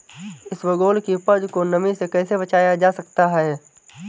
इसबगोल की उपज को नमी से कैसे बचाया जा सकता है?